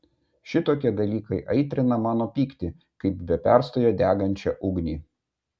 šitokie dalykai aitrina mano pyktį kaip be perstojo degančią ugnį